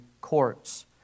courts